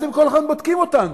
אתם כל הזמן בודקים אותנו.